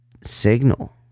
signal